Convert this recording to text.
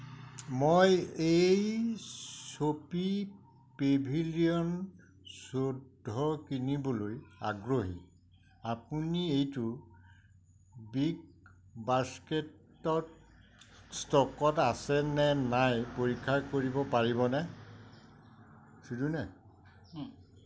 মই H P Pavilion চৈধ্য কিনিবলৈ আগ্ৰহী আপুনি এইটো বিগ বাস্কেটত ষ্টকত আছেনে নাই পৰীক্ষা কৰিব পাৰিবনে